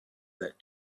that